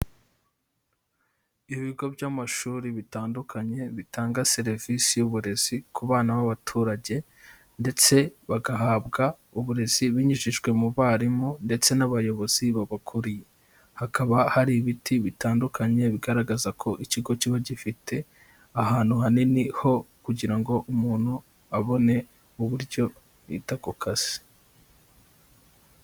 Ibigo by'amashuri bitandukanye bitanga serivisi y'uburezi ku bana b'abaturage ndetse bagahabwa uburezi binyujijwe mu barimu ndetse n'abayobozi babaabakuriye. Hakaba hari ibiti bitandukanye bigaragaza ko ikigo kiba gifite ahantu hanini ho kugira ngo umuntu abone uburyo bita ku kazi.